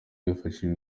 hifashishijwe